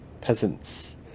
peasants